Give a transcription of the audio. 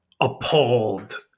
appalled